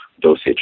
dosage